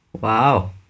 Wow